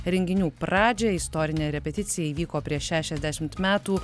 renginių pradžią istorinė repeticija įvyko prieš šešiasdešimt metų